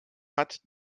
hat